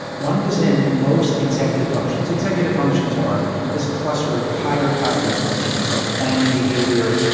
one was in most executive functions. executive functions are this cluster of higher cognitive functions, so planning behaviour,